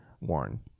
worn